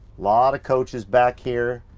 lot of coaches back here,